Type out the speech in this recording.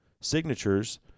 signatures